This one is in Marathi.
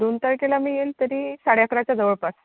दोन तारखेला मी येईल तरी साडे अकराच्या जवळपास